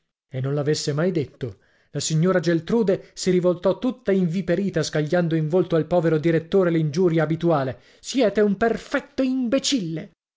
e non l'avesse mai detto la signora geltrude si rivoltò tutta inviperita scagliando in volto al povero direttore l'ingiuria abituale siete un perfetto imbecille